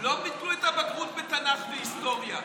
לא ביטלו את הבגרות בתנ"ך והיסטוריה.